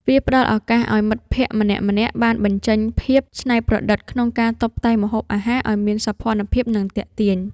វាផ្ដល់ឱកាសឱ្យមិត្តភក្តិម្នាក់ៗបានបញ្ចេញភាពច្នៃប្រឌិតក្នុងការតុបតែងម្ហូបអាហារឱ្យមានសោភ័ណភាព និងទាក់ទាញ។